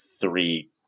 three